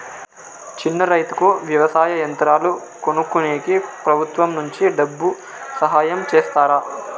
చిన్న రైతుకు వ్యవసాయ యంత్రాలు కొనుక్కునేకి ప్రభుత్వం నుంచి డబ్బు సహాయం చేస్తారా?